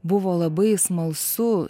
buvo labai smalsu